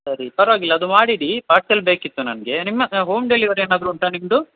ಸರಿ ಪರವಾಗಿಲ್ಲ ಅದು ಮಾಡಿ ಇಡೀ ಪಾರ್ಸೆಲ್ ಬೇಕಿತ್ತು ನನಗೆ ನಿಮ್ಮ ಹೋಮ್ ಡೆಲಿವರಿ ಏನಾದರು ಉಂಟ ನಿಮ್ದು